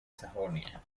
sajonia